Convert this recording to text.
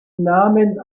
nahmen